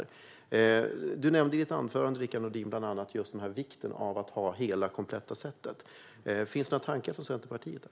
Rickard Nordin nämnde i sitt anförande bland annat vikten av att ha hela det kompletta setet. Finns några tankar hos Centerpartiet där?